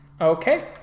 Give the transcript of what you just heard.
Okay